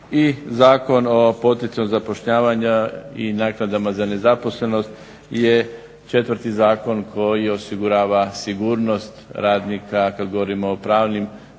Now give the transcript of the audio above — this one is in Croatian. Zakon o poticanju zapošljavanja i naknadama za nezaposlenost je četvrti zakon koji osigurava sigurnost radnika kada govorimo o pravnim